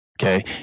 okay